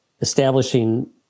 establishing